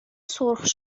سرخ